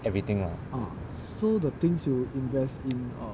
everything lah